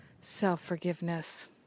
self-forgiveness